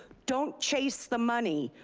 don't chase the money.